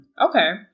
Okay